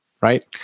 right